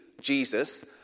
Jesus